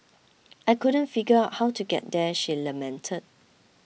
I couldn't figure out how to get there she lamented